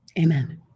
Amen